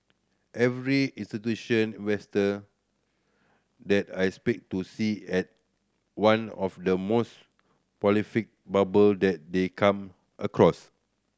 every institution investor that I speak to see as one of the most prolific bubble that they come across